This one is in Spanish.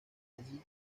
allí